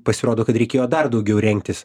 pasirodo kad reikėjo dar daugiau rengtis